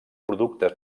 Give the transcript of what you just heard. productes